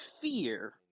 fear